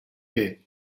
est